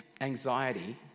anxiety